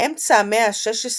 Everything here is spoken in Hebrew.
מאמצע המאה ה-16